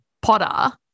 Potter